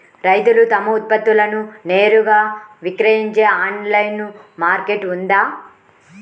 రైతులు తమ ఉత్పత్తులను నేరుగా విక్రయించే ఆన్లైను మార్కెట్ ఉందా?